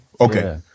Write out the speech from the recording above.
Okay